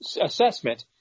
assessment